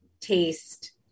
taste